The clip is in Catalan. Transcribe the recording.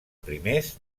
primers